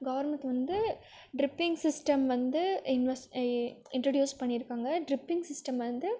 government வந்து dripping system வந்து இன்வெஸ் இன்ட்ரட்யூஸ் பண்ணிருக்காங்கள் ட்ரிப்பிங் சிஸ்டம் வந்து